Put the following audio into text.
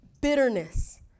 bitterness